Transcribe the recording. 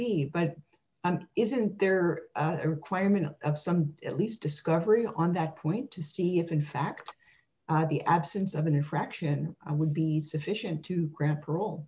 be but isn't there a requirement of some at least discovery on that point to see if in fact the absence of an infraction i would be sufficient to grant parole